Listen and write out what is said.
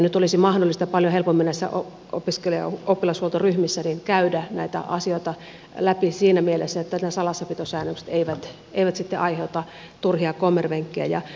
nyt olisi mahdollista paljon helpommin näissä opiskelija ja oppilashuoltoryhmissä käydä näitä asioita läpi siinä mielessä että nämä salassapitosäännökset eivät sitten aiheuta turhia kommervenkkeja